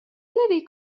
الذي